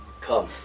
come